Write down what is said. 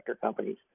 companies